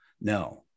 No